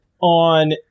on